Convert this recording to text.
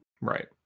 right